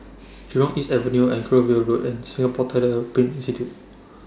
Jurong East Avenue Anchorvale Road and Singapore Tyler Print Institute